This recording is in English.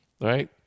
right